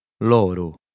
loro